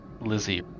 Lizzie